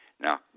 Now